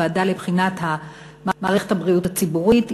ועדת לבחינת המערכת הבריאות הציבורית,